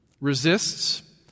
Resists